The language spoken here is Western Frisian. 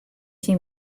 syn